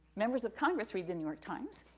members of congress read the new york times,